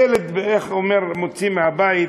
הילד מוציא מהבית,